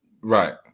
right